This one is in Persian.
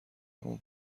همان